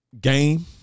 game